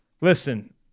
listen